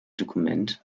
dokument